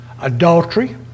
adultery